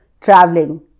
traveling